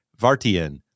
Vartian